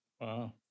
Wow